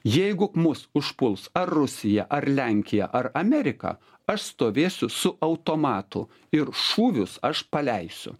jeigu mus užpuls ar rusija ar lenkija ar amerika aš stovėsiu su automatu ir šūvius aš paleisiu